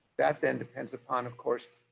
that then depends upon, of course,